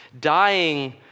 dying